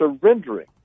surrendering